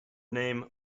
name